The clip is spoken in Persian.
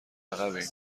عقبیم